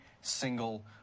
single